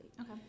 Okay